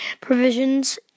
provisions